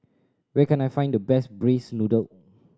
where can I find the best braised noodle